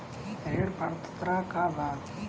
ऋण पात्रता का बा?